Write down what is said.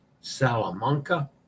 Salamanca